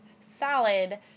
salad